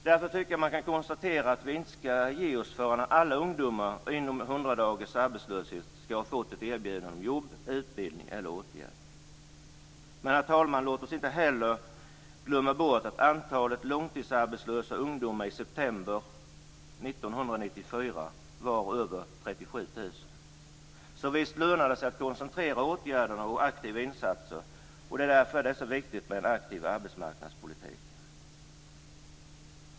Därför tycker jag att man kan konstatera att vi inte skall ge oss förrän alla ungdomar inom 100 dagars arbetslöshet skall ha fått ett erbjudande om jobb, utbildning eller åtgärd. Men, herr talman, låt oss inte heller glömma bort att antalet långtidsarbetslösa ungdomar i september 1994 var över 37 000. Visst lönar det sig att koncentrera åtgärderna och att göra aktiva insatser. Därför är det så viktigt med en aktiv arbetsmarknadspolitik.